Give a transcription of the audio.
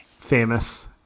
famous